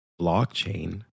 blockchain